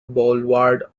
boulevard